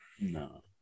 No